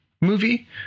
movie